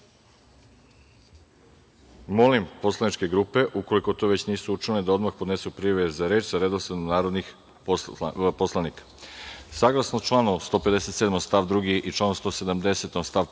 grupe. Molim poslaničke grupe, ukoliko to već nisu učinile, da odmah podnesu prijave za reč sa redosledom narodnih poslanika. Saglasno članu 157. stav 2. i članu 178. stav 1.